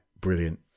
brilliant